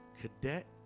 cadet